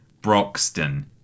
Broxton